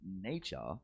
nature